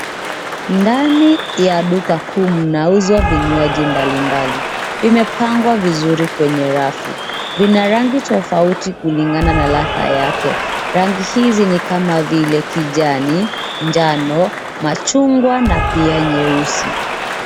Ndani ya duka kuu mnauzwa vinywaji mbali mbali vimepangwa vizuri kwenye rafu vina rangi tofauti kulingana na ladha yake rangi hizi nikama vile kijani njano machungwa na pia nyeusi.